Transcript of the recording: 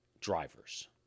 drivers